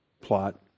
plot